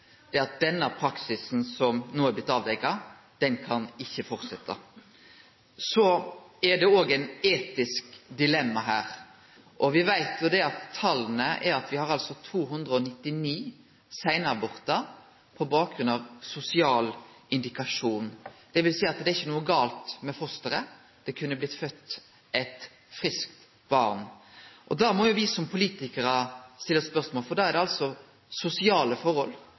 det òg eit etisk dilemma her. Me veit at me har 299 seinabortar på bakgrunn av sosial indikasjon, dvs. at det ikkje er noko gale med fosteret – det kunne ha blitt født eit friskt barn. Da må me som politikarar stille oss nokre spørsmål, for da er det sosiale forhold